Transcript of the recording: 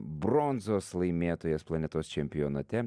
bronzos laimėtojas planetos čempionate